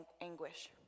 anguish